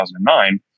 2009